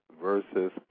versus